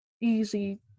easy